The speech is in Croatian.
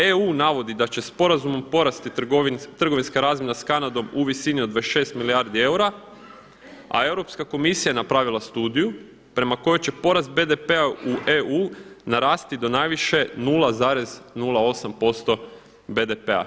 EU navodi da će sporazumom porasti trgovinska razmjena s Kanadom u visini od 26 milijardi eura, a Europska komisija je napravila studiju prema kojoj će porast BDP-a u EU narasti do najviše 0,08% BDP-a.